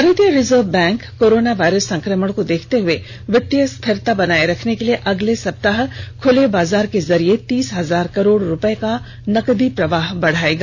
भारतीय reserve bank corona virus संक्रमण को देखते हुए वित्तीय स्थिरता बनाए रखने के लिए अगले सप्ताह खुले बाजार के जरिए तीस हजार करोड रुपये का नकदी प्रवाह बढायेगा